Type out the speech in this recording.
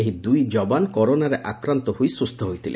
ଏହି ଦୁଇ ଯବାନ କରୋନାରେ ଆକ୍ରାନ୍ତ ହୋଇ ସୁସ୍ଥ ହୋଇଥିଲେ